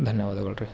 ಧನ್ಯವಾದಗಳು ರೀ